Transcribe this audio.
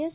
S